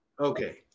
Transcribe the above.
Okay